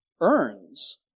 earns